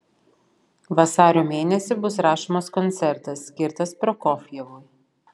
vasario mėnesį bus rašomas koncertas skirtas prokofjevui